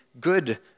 good